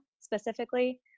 specifically